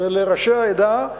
ולראשי העדה הוא